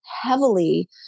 heavily